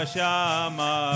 Shama